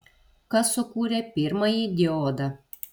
kas sukūrė pirmąjį diodą